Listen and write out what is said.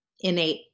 innate